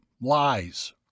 lies